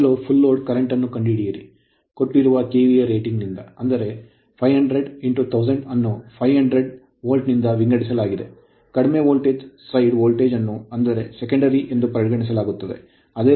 ಮೊದಲು full load current ಪೂರ್ಣ load current ಅನ್ನು ಕಂಡುಹಿಡಿಯಿರಿ ಕೊಟ್ಟಿರುವ ಕೆವಿಎ ರೇಟಿಂಗ್ ನಿಂದ ಅಂದರೆ 5001000 ಅನ್ನು 500 ವೋಲ್ಟ್ ನಿಂದ ವಿಂಗಡಿಸಲಾಗಿದೆ ಕಡಿಮೆ ವೋಲ್ಟೇಜ್ ಸೈಡ್ ವೋಲ್ಟೇಜ್ ಅನ್ನು ಅ0ದರ secondary ದ್ವಿತೀಯ ಎಂದು ಪರಿಗಣಿಸಲಾಗುತ್ತದೆ